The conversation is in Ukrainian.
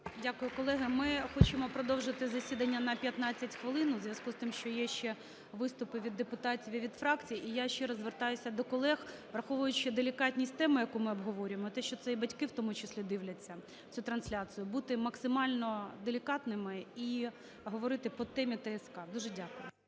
Дякую, колеги. Ми хочемо продовжити засідання на 15 хвилин у зв'язку з тим, що є ще виступи від депутатів і від фракцій. І я ще раз звертаюся до колег. Враховуючи делікатність теми, яку ми обговорюємо, те, що це і батьки в тому числі дивляться цю трансляцію, бути максимально делікатними і говорити по темі ТСК. Дуже дякую.